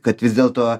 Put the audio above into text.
kad vis dėlto